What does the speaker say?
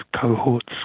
cohorts